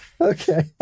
Okay